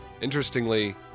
Interestingly